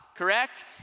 Correct